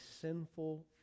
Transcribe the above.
sinful